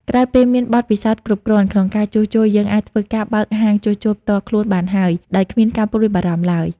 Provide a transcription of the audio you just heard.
ក្រោយពេលមានបទពិសោធន៍គ្រប់គ្រាន់ក្នុងការជួលជុល យើងអាចធ្វើការបើកហាងជួសជុលផ្ទាល់ខ្លួនបានហើយ ដោយគ្មានការព្រួយបារម្ភទ្បើយ។